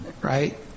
right